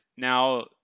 Now